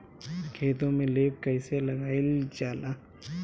खेतो में लेप कईसे लगाई ल जाला?